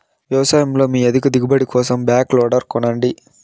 వ్యవసాయంలో మీ అధిక దిగుబడి కోసం బ్యాక్ లోడర్ కొనండి